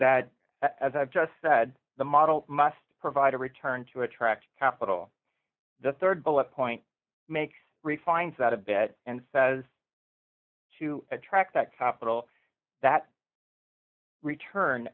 that as i've just said the model must provide a return to attract capital the rd bullet point makes refines out of bed and says to attract that capital that return